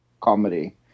comedy